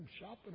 shopping